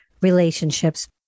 relationships